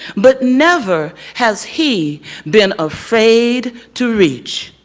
but never has he been afraid to reach.